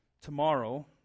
Tomorrow